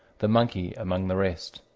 the monkey among the rest.